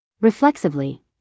Reflexively